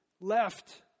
left